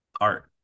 art